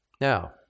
Now